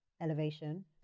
elevation